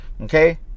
Okay